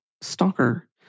stalker